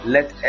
Let